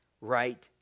right